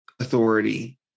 authority